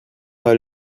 pas